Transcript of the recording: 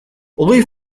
hogei